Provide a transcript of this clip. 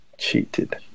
Cheated